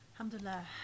Alhamdulillah